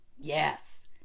Yes